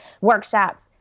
workshops